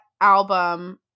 album